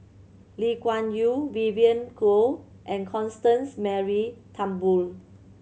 Lee Kuan Yew Vivien Goh and Constance Mary Turnbull